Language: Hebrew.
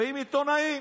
ועם עיתונאים.